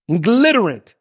glittering